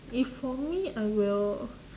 if for me I will